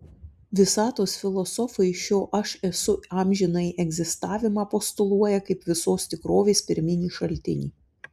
visatos filosofai šio aš esu amžinąjį egzistavimą postuluoja kaip visos tikrovės pirminį šaltinį